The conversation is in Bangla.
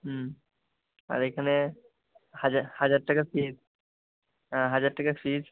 হুম আর এখানে হাজার হাজার টাকা ফীজ হ্যাঁ হাজার টাকা ফীজ